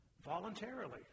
Voluntarily